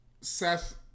Seth